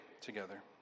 together